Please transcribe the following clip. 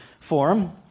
forum